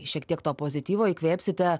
šiek tiek to pozityvo įkvėpsite